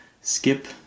skip